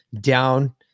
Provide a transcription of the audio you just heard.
down